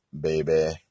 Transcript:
baby